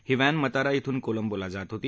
ही van Matara इथून कोलंबोला जात होती